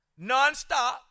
nonstop